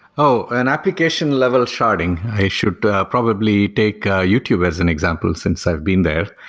oh, an application-level sharding, i should probably take ah youtube as an example, since i've been there.